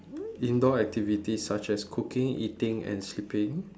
indoor activities such as cooking eating and sleeping